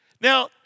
Now